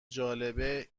جالبه